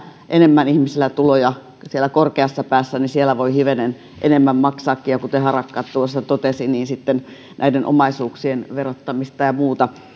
enemmän ihmisellä tuloja siellä korkeassa päässä niin siellä voi hivenen enemmän maksaakin ja kuten harakka tuossa totesi sitten omaisuuksien verottamista ja muuta